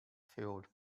filled